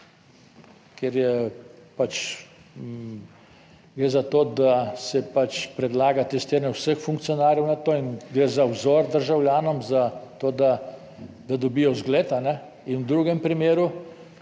ker gre za to, da se predlaga testiranje vseh funkcionarjev na to in gre za vzor državljanom zato, da dobijo zgled. In v drugem primeru